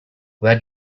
glad